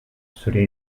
zuria